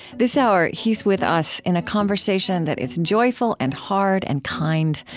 this hour, he's with us in a conversation that is joyful and hard and kind,